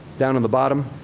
down on the bottom,